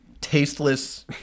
tasteless